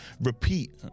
repeat